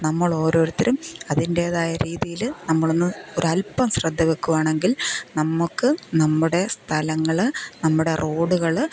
നമ്മൾ ഓരോരുത്തരും അതിൻ്റേതായ രീതിയില് നമ്മൾ ഒന്ന് ഒരല്പം ശ്രദ്ധ വെക്കുവാണെങ്കിൽ നമുക്ക് നമ്മുടെ സ്ഥലങ്ങള് നമ്മുടെ റോഡുകള്